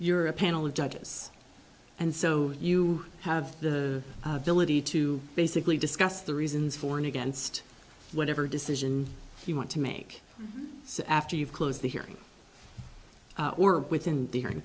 you're a panel of judges and so you have the ability to basically discuss the reasons for and against whatever decision you want to make after you've closed the hearing within the hearing